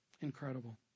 Incredible